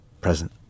present